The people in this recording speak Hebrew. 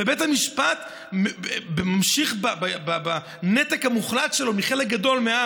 ובית המשפט ממשיך בנתק המוחלט שלו מחלק גדול מהעם,